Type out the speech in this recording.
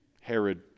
Herod